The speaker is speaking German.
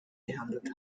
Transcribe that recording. gehandelt